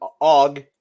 Og